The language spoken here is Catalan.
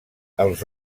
els